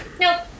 nope